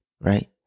right